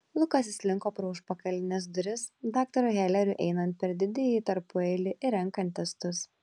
lukas įslinko pro užpakalines duris daktarui heleriui einant per didįjį tarpueilį ir renkant testus